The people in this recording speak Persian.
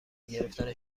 گرفتن